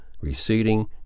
receding